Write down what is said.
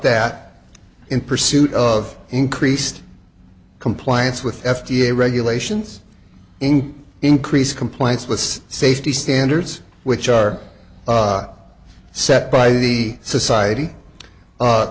that in pursuit of increased compliance with f d a regulations in increase compliance with safety standards which are set by the society